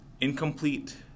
incomplete